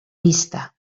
vista